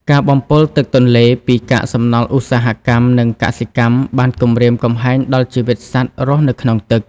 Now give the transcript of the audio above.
ការបំពុលទឹកទន្លេពី កាកសំណល់ឧស្សាហកម្ម និងកសិកម្មបានគំរាមកំហែងដល់ជីវិតសត្វរស់នៅក្នុងទឹក។